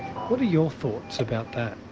what are your thoughts about that?